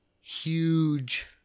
Huge